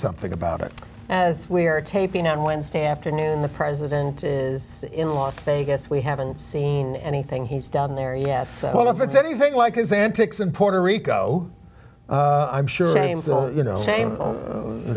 something about it as we are taping on wednesday afternoon the president is in las vegas we haven't seen anything he's down there yet so if it's anything like his antics in puerto rico i'm sure you know